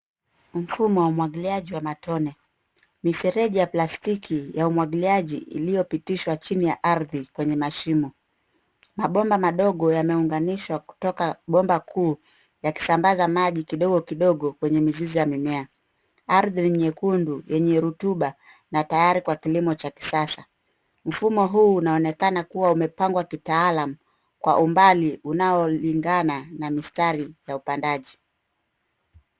Mfumo wa umwagiliaji wa matone; mifereji ya plastiki ya umwagiliaji iliyopitishwa chini ya ardhi kwenye mashimo. Mabomba madogo yameunganishwa kutoka bomba kuu yakisambaza maji kidogo kidogo kwenye mizizi ya mimea. Ardhi ni nyekundu yenye rutuba na tayari kwa kilimo cha kisasa. Mfumo huu unaoankena kuwa umepangwa kitaalam kwa umbali unaolingana na mistari ya upandaji.